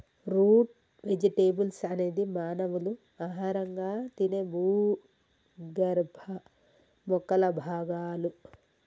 route vegetables అనేది మానవులు ఆహారంగా తినే భూగర్భ మొక్కల భాగాలు